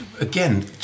again